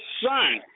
son